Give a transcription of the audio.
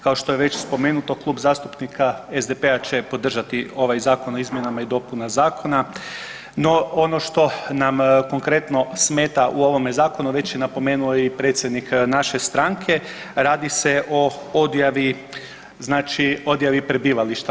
Kao što je već spomenuto, Klub zastupnika SDP-a će podržati ovaj zakon o izmjenama i dopunama zakona no ono što nam konkretno smeta u ovome zakonu već je napomenuo i predsjednik naše stranke, radi se o odjavi znači, odjavi prebivališta.